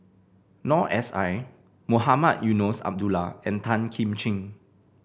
Noor S I Mohamed Eunos Abdullah and Tan Kim Ching